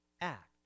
acts